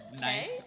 nice